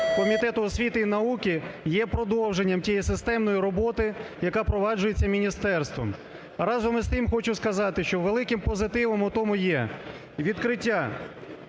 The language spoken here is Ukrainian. Комітету освіти і науки, є продовженням тієї системної роботи, яка впроваджується міністерством. Разом з тим, хочу сказати, що великим позитивом у тому є відкриття